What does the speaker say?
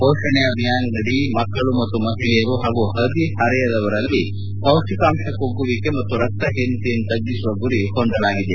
ಪೋಷಣ್ ಅಭಿಯಾನದಡಿ ಮಕ್ಕಳು ಮತ್ತು ಮಹಿಳೆಯರು ಹಾಗೂ ಹದಿಹರೆಯದವರಲ್ಲಿ ಪೌಷ್ಷಿಕಾಂತ ಕುಗ್ಗುವಿಕೆ ಮತ್ತು ರಕ್ತಹೀನತೆಯನ್ನು ತಗ್ಗಿಸುವ ಗುರಿ ಹೊಂದಲಾಗಿದೆ